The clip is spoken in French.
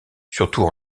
surtout